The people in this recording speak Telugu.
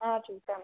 చూద్దాం